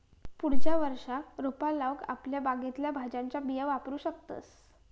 पुढच्या वर्षाक रोपा लाऊक आपल्या बागेतल्या भाज्यांच्या बिया वापरू शकतंस